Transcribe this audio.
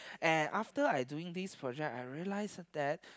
and after I doing this project I realise that